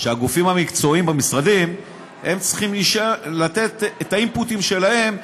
שהגופים המקצועיים במשרדים צריכים לתת את ה-input שלהם,